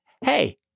hey